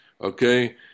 Okay